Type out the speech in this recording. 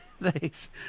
Thanks